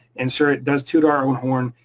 and sure it does to to our own horn,